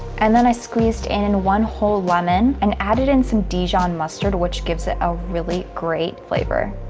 and then i squeezed in and one whole lemon, and added in some dijon mustard, which gives it a really great flavor.